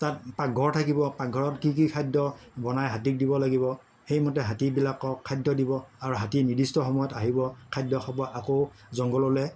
তাত পাকঘৰ থাকিব পাকঘৰত কি কি খাদ্য বনাই হাতীক দিব লাগিব সেইমতে হাতীবিলাকক খাদ্য দিব আৰু হাতী নিৰ্দিষ্ট সময়ত আহিব খাদ্য খাব আকৌ জংঘললৈ